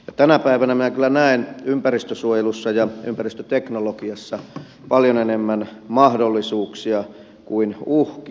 tänä päivänä minä kyllä näen ympäristönsuojelussa ja ympäristöteknologiassa paljon enemmän mahdollisuuksia kuin uhkia